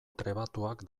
trebatuak